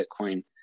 Bitcoin